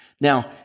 Now